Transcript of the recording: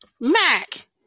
Mac